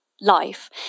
life